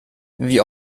wie